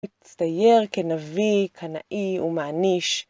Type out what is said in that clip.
מצטייר כנביא, קנאי ומעניש.